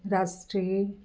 ਰਾਸ਼ਟਰੀ